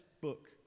book